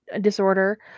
disorder